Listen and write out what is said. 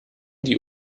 die